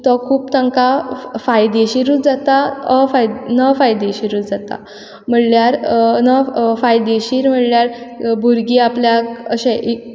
तो खूब तांकां फायदेशीरूय जाता अ नफायदेशीरूय जाता म्हणल्यार न फायदेशीर म्हणल्यार भुरगीं आपल्याक अशें